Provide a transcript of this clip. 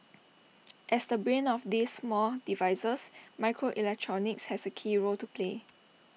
as the brain of these small devices microelectronics has A key role to play